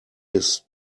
his